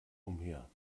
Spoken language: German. umher